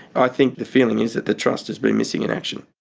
i think the feeling is that the trust has been missing in action.